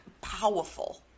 powerful